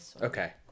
Okay